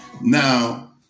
Now